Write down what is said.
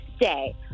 day